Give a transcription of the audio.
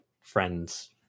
friends